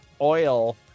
oil